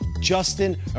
Justin